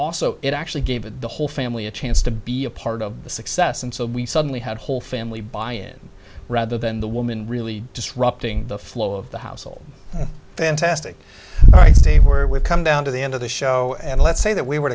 also it actually gave it the whole family a chance to be a part of the success and so we suddenly had a whole family buy in rather than the woman really disrupting the flow of the household fantastic all right stay where we come down to the end of the show and let's say that we were